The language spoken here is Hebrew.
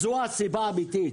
זו הסיבה האמיתית.